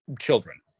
children